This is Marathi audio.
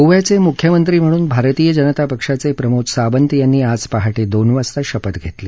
गोव्याचे मुख्यमंत्री म्हणून भारतीय जनता पक्षाचे प्रमोद सावंत यांनी आज पहाटे दोन वाजता शपथ घेतली